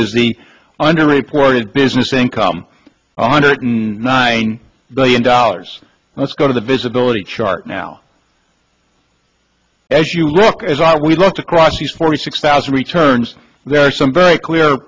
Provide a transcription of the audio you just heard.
is the under reported business income hundred billion dollars let's go to the visibility chart now as you look as we looked across these forty six thousand returns there are some very clear